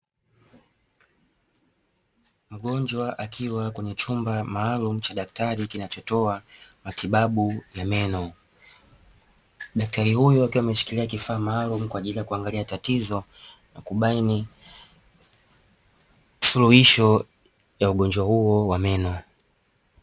Mgonjwa akiwa kwenye chumba maalumu cha daktari kinachotoa matibabu ya meno, daktari huyo akiwa ameshikilia kifaa maalumu kwa ajili ya kuangalia tatizo na kubaini suluhisho la ugonjwa huo wa meno.